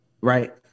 right